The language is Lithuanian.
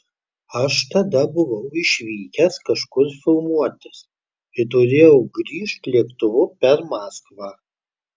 aš tada buvau išvykęs kažkur filmuotis ir turėjau grįžt lėktuvu per maskvą